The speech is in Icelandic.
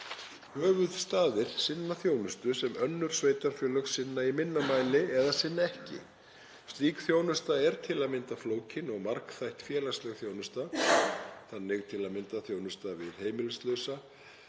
Höfuðstaðir sinna þjónustu sem önnur sveitarfélög sinna í minna mæli, eða sinna ekki. Slík þjónusta er til að mynda flókin og margþætt félagsleg þjónusta, til að mynda þjónusta við heimilislausa,